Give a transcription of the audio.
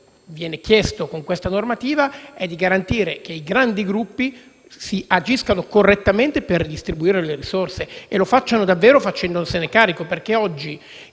viene chiesto con questa normativa è di garantire il fatto che i grandi gruppi agiscano correttamente per distribuire le risorse e lo facciano davvero facendosene carico, perché oggi